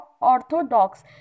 orthodox